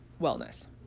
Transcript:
wellness